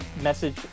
message